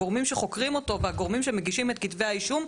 הגורמים שחוקרים אותו והגורמים שמגישים את כתבי האישום,